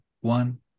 one